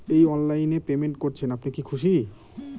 এই অনলাইন এ পেমেন্ট করছেন আপনি কি খুশি?